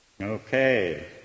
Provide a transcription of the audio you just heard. Okay